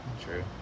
true